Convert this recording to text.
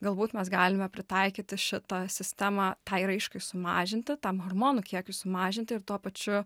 galbūt mes galime pritaikyti šitą sistemą tai raiškai sumažinti tam hormonų kiekiui sumažinti ir tuo pačiu